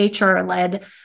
HR-led